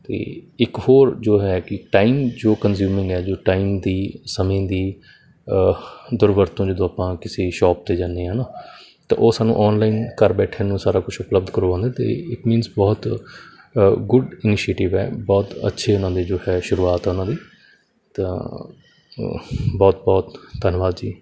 ਅਤੇ ਇੱਕ ਹੋਰ ਜੋ ਹੈ ਕਿ ਟਾਈਮ ਜੋ ਕੰਜਊਮਿੰਗ ਹੈ ਜੋ ਟਾਈਮ ਦੀ ਸਮੇਂ ਦੀ ਦੁਰਵਰਤੋਂ ਜਦੋਂ ਆਪਾਂ ਕਿਸੇ ਸ਼ੋਪ 'ਤੇ ਜਾਂਦੇ ਹਾਂ ਹੈ ਨਾ ਤਾਂ ਉਹ ਸਾਨੂੰ ਆਨਲਾਈਨ ਘਰ ਬੈਠਿਆਂ ਨੂੰ ਸਾਰਾ ਕੁਝ ਉਪਲਬਧ ਕਰਵਾਉਂਦੇ ਅਤੇ ਇਟ ਮੀਨਸ ਬਹੁਤ ਗੁਡ ਇਨੀਸ਼ੀਟਿਵ ਹੈ ਬਹੁਤ ਅੱਛੇ ਉਹਨਾਂ ਦੇ ਜੋ ਹੈ ਸ਼ੁਰੂਆਤ ਉਹਨਾਂ ਦੀ ਤਾਂ ਬਹੁਤ ਬਹੁਤ ਧੰਨਵਾਦ ਜੀ